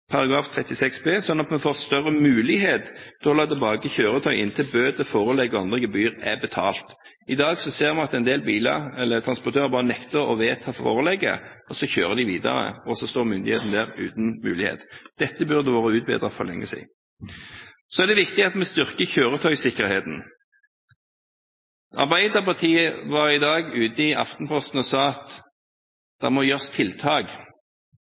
får vi større muligheter til å holde tilbake kjøretøy inntil bøter, forelegg eller andre gebyrer er betalt. I dag ser vi at en del transportører bare nekter å vedta forelegget, og så kjører de videre. Så står myndighetene der uten mulighet. Dette burde vært utbedret for lenge siden. Så er det viktig at vi styrker kjøretøysikkerheten. Arbeiderpartiet er i dag ute i Aftenposten og sier at det må gjøres tiltak.